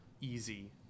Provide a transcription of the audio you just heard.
easy